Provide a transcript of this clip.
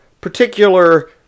particular